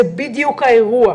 זה בדיוק האירוע.